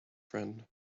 friend